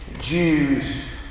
Jews